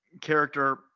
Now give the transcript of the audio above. character